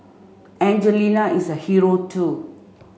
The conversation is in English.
Angelina is a hero too